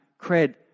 cred